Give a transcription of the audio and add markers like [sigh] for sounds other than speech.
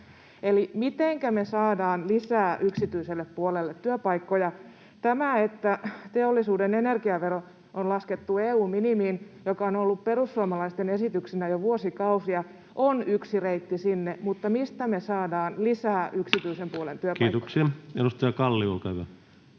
Eli mitenkä me saadaan lisää yksityiselle puolelle työpaikkoja? Tämä, että teollisuuden energiavero on laskettu EU:n minimiin, joka on ollut perussuomalaisten esityksenä jo vuosikausia, on yksi reitti sinne, mutta mistä me saadaan lisää [noise] yksityisen puolen